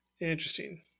Interesting